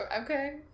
okay